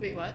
wait what